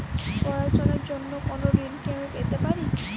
পড়াশোনা র জন্য কোনো ঋণ কি আমি পেতে পারি?